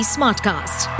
Smartcast